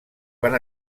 van